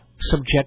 subject